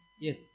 Yes